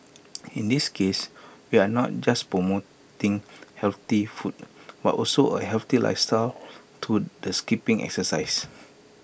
in this case we are not just promoting healthy food but also A healthy lifestyle through the skipping exercise